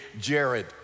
Jared